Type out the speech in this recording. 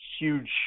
huge